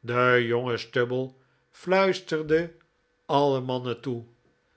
de jonge stubble fluisterde alle mannen toe